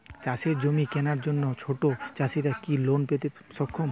চাষের জমি কেনার জন্য ছোট চাষীরা কি লোন পেতে সক্ষম?